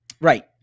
right